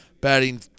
Batting